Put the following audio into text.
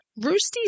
Roosty's